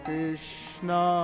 Krishna